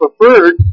preferred